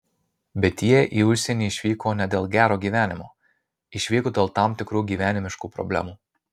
bet jie į užsienį išvyko ne dėl gero gyvenimo išvyko dėl tam tikrų gyvenimiškų problemų